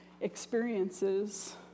experiences